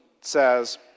says